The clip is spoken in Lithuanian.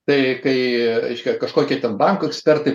tai kai reiškia kažkokie ten banko ekspertai